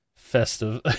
Festive